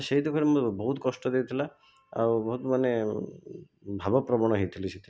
ସେଇ ଦୁଃଖରେ ମୋତେ ବହୁତ କଷ୍ଟ ଦେଇଥିଲା ଆଉ ବହୁତ ମାନେ ଭାବପ୍ରବଣ ହୋଇଥିଲି ସେଥିରେ